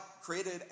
created